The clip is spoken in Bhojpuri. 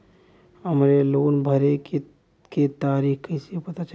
हमरे लोन भरे के तारीख कईसे पता चली?